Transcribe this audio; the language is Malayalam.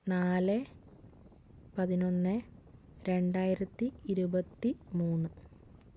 നാല് പതിനൊന്ന് രണ്ടായിരത്തി ഇരുപത്തി മൂന്ന്